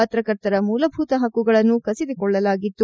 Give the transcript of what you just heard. ಪತ್ರಕರ್ತರ ಮೂಲಭೂತ ಹಕ್ಕುಗಳನ್ನು ಕಸಿದುಕೊಳ್ಳಲಾಗಿತ್ತು